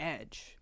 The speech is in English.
edge